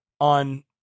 on